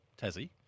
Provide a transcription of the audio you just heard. Tassie